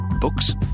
Books